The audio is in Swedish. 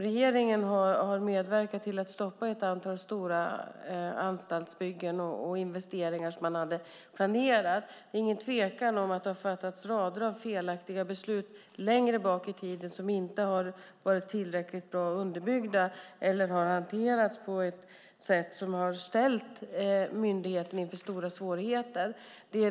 Regeringen har medverkat till att stoppa ett antal stora anstaltsbyggen och planerade investeringar. Det råder inget tvivel om att det har fattats rader av felaktiga beslut längre tillbaka i tiden som inte har varit tillräckligt bra underbyggda eller har adderats på ett sätt som har ställt myndigheten inför stora svårigheter.